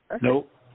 Nope